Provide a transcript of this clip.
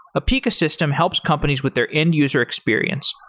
apica system helps companies with their end-user experience,